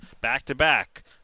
back-to-back